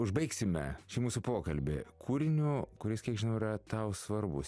užbaigsime šį mūsų pokalbį kūriniu kuris kiek žinau yra tau svarbu